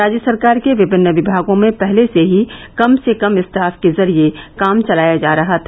राज्य सरकार के विभिन्न विभागों में पहले से ही कम से कम स्टाफ के जरिए काम चलाया जा रहा था